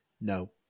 No